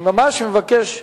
אני ממש מבקש: